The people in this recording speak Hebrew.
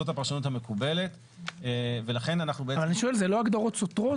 זאת הפרשנות המקובלת ולכן אנחנו --- זה לא הגדרות סותרות?